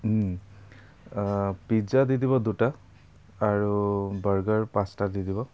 pizza দি দিব দুটা আৰু বাৰ্গাৰ পাঁচটা দি দিব